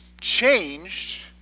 changed